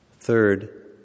Third